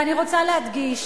ואני רוצה להדגיש,